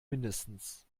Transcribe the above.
mindestens